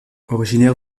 originaire